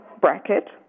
bracket